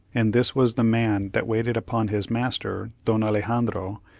and this was the man that waited upon his master, don alexandro,